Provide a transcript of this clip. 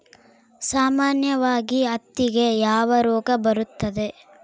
ಸಾಮಾನ್ಯವಾಗಿ ಹತ್ತಿಗೆ ಯಾವ ರೋಗ ಬರುತ್ತದೆ?